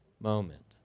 moment